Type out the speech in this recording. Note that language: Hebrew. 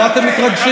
ממה אתם מתרגשים?